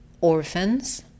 orphans